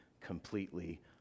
completely